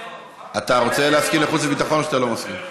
אתה רוצה להסכים לחוץ וביטחון או שאתה שלא מסכים?